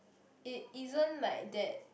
it isn't like that